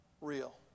real